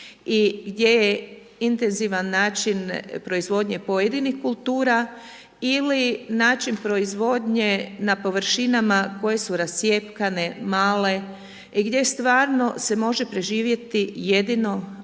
gdje je intenzivan način proizvodnje pojedinih kultura ili način proizvodnje na površinama koje su rascjepkane male i gdje stvarno se može preživjeti jedino ako